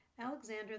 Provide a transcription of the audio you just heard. Alexander